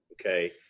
Okay